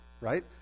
right